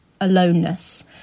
aloneness